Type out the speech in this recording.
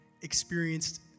experienced